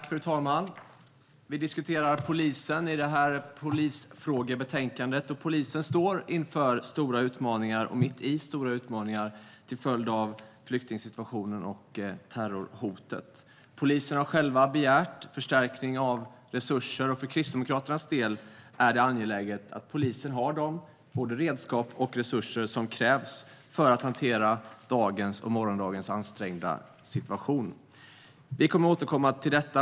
Fru talman! Vi diskuterar i detta polisfrågebetänkande polisen. Polisen står mitt i stora utmaningar till följd av flyktingsituationen och terrorhotet. Polisen har själv begärt förstärkning av resurserna. För Kristdemokraternas del är det angeläget att polisen har de resurser och redskap som krävs för att hantera dagens och morgondagens ansträngda situation. Vi kommer att återkomma till detta.